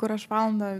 kur aš valandą